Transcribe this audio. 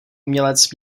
umělec